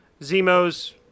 Zemo's